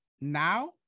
now